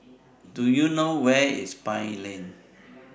Do YOU know Where IS Pine Lane